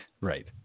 Right